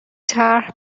طرح